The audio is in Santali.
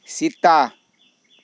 ᱥᱤᱛᱟ